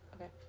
Okay